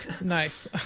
nice